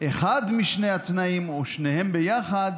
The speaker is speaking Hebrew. אחד משני התנאים או שניהם ביחד